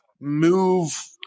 move –